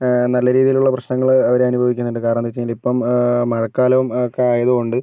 നല്ല രീതിയിലുള്ള പ്രശ്നങ്ങൾ അവർ അനുഭവിക്കുന്നുണ്ട് കാരണം എന്താണെന്ന് വെച്ച് കഴിഞ്ഞാൽ ഇപ്പോൾ മഴക്കാലവും ഒക്കെ ആയതുകൊണ്ട്